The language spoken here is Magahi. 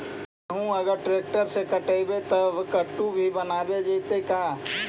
गेहूं अगर ट्रैक्टर से कटबइबै तब कटु भी बनाबे जितै का?